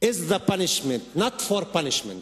is a punishment not for punishment,